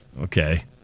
Okay